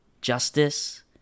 justice